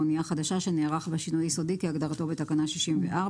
אנייה חדשה שנערך בה שינוי יסודי כהגדרתו בתקנה 64,